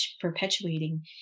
perpetuating